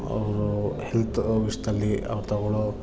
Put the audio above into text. ಅವರು ಹೆಲ್ತ್ ವಿಶ್ದಲ್ಲಿ ಅವ್ರು ತೊಗೊಳ್ಳೊ